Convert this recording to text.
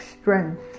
strength